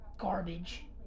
Garbage